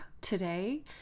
today